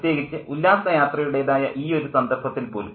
പ്രത്യേകിച്ച് ഉല്ലാസ യാത്രയുടേതായ ഈയൊരു സന്ദർഭത്തിൽ പോലും